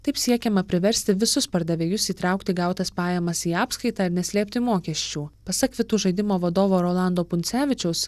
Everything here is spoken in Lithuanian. taip siekiama priversti visus pardavėjus įtraukti gautas pajamas į apskaitą ir neslėpti mokesčių pasak kvitų žaidimo vadovo rolando puncevičius